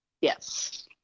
Yes